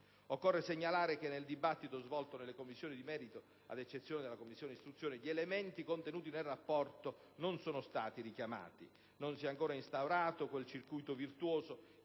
Occorre segnalare che nel dibattito svolto nelle Commissioni di merito, ad eccezione della Commissione istruzione, gli elementi contenuti nel Rapporto non sono stati richiamati. Non si è ancora instaurato un circolo virtuoso